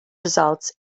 results